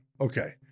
Okay